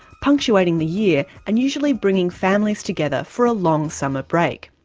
punctuating the year, and usually bringing families together for a long summer break.